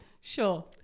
Sure